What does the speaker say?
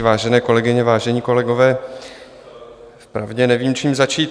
Vážené kolegyně, vážení kolegové, vpravdě nevím, čím začít.